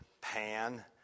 pan